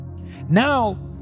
now